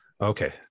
okay